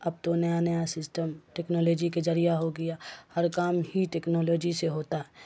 اب تو نیا نیا سسٹم ٹکنالوجی کے ذریعہ ہو گیا ہر کام ہی ٹکنالوجی سے ہوتا